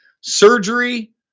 surgery